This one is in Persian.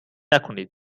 نکنید